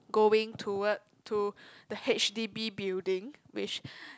going toward to the H_D_B building which